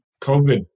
COVID